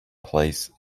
place